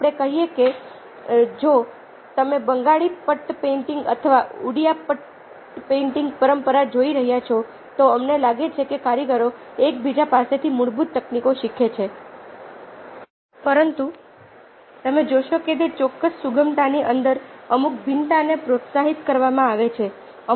આપણે કહીએ કે જો તમે બંગાળી પટ્ટુ પેઇન્ટિંગ અથવા ઉડિયા પટ્ટુ પેઇન્ટિંગની પરંપરા જોઈ રહ્યા છો તો અમને લાગે છે કે કારીગરો એક બીજા પાસેથી મૂળભૂત તકનીકો શીખે છે પરંતુ તમે જોશો કે તે ચોક્કસ સુગમતાની અંદર અમુક ભિન્નતાને પ્રોત્સાહિત કરવામાં આવે છે